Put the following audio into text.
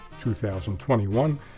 2021